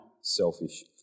selfish